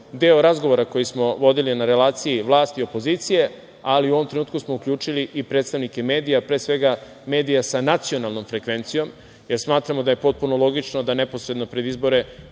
deo razgovora koji smo vodili na relaciji vlasti i opozicije ali u ovom trenutku smo uključili i predstavnike medija, a pre svega medija sa nacionalnom frekvencijom jer smatramo da je potpuno logično da neposredno pred izbore